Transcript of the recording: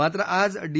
मात्र आज डी